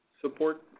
support